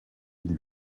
mille